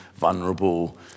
vulnerable